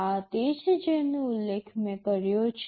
આ તે જ છે જેનો મેં ઉલ્લેખ કર્યો છે